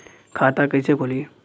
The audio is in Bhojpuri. खाता कइसे खुली?